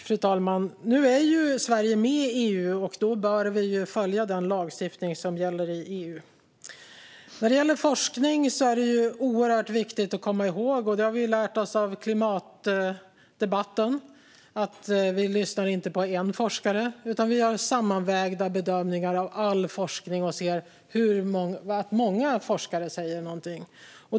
Fru talman! Nu är ju Sverige med i EU, och då bör vi följa den lagstiftning som gäller i EU. När det gäller forskning är det oerhört viktigt att komma ihåg - det har vi lärt oss av klimatdebatten - att vi inte ska lyssna på endast en forskare, utan vi gör sammanvägda bedömningar av all forskning och ser att många forskare säger någonting.